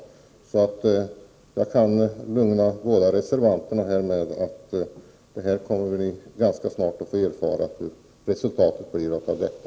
Jag kan lugna båda reservanterna med att vi snart kommer att få erfara att resultatet blir detta.